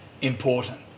important